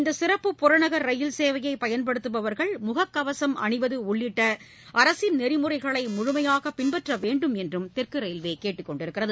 இந்தசிறப்பு புறநகர் ரயில்சேவையைபயன்படுத்துபவர்கள் முகக்கவசம் அணிவதுஉள்ளிட்டஅரசின் நெறிமுறைகளைமுழுமையாகபின்பற்றவேண்டும் என்றும் தெற்குரயில்வேகேட்டுக் கொண்டுள்ளது